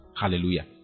Hallelujah